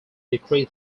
decrease